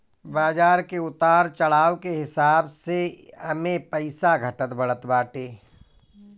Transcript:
बाजार के उतार चढ़ाव के हिसाब से एमे पईसा घटत बढ़त बाटे